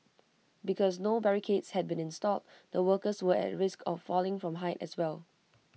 because no barricades had been installed the workers were at risk of falling from height as well